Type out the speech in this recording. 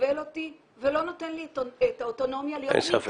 כובל אותי ולא נותן לי את האוטונומיה להיות מקצועית.